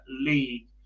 League